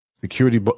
Security